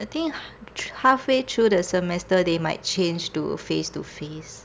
I think h~ thr~ halfway through the semester they might change to face to face